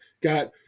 got